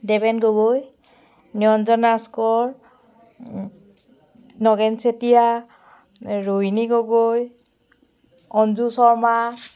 Deven Gogoi Niranjan Raj Konwar Nagen Chetia Rohini Gogoi Anju Sharma